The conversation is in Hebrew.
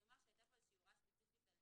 אני אומר שהיתה פה הוראה ספציפית על